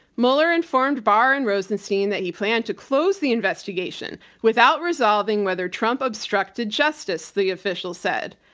mueller informed barr and rosenstein that he planned to close the investigation without resolving whether trump obstructed justice, the official said.